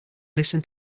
listen